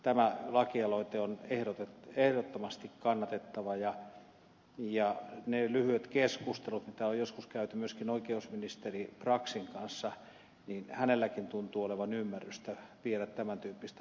tämä lakialoite on ehdottomasti kannatettava ja kun on joskus käyty lyhyitä keskusteluja myöskin oikeusministeri braxin kanssa niin hänelläkin tuntuu olevan ymmärrystä viedä tämän tyyppistä lainsäädäntöä eteenpäin